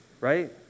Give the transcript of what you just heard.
right